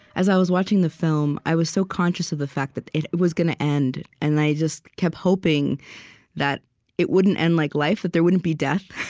as i was watching the film, i was so conscious of the fact that it was gonna end. and i just kept hoping that it wouldn't end like life that there wouldn't be death,